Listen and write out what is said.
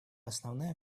основная